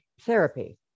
therapy